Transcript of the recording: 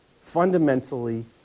fundamentally